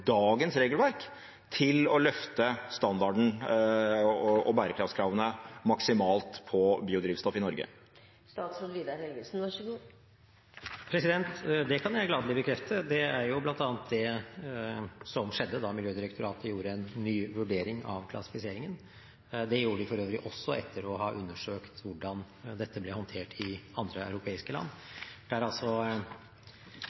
dagens regelverk, til å løfte standarden og bærekraftskravene maksimalt på biodrivstoff i Norge? Det kan jeg gladelig bekrefte. Det er bl.a. det som skjedde da Miljødirektoratet gjorde en ny vurdering av klassifiseringen. Det gjorde de for øvrig også etter å ha undersøkt hvordan dette ble håndtert i andre europeiske land.